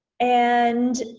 and